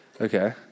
Okay